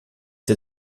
der